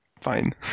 fine